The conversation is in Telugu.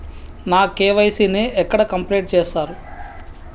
నా కే.వై.సీ ని ఎక్కడ కంప్లీట్ చేస్తరు?